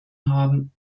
haben